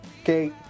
okay